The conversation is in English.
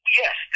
yes